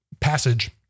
passage